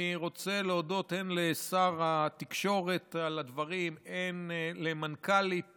אני רוצה להודות הן לשר התקשורת על הדברים והן למנכ"לית